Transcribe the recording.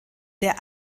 der